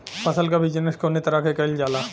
फसल क बिजनेस कउने तरह कईल जाला?